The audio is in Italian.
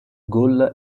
gol